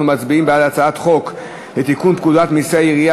אנחנו מצביעים על הצעת חוק לתיקון פקודת מסי העירייה